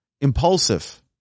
impulsive